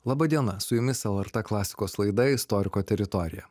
laba diena su jumis lrt klasikos laida istoriko teritorija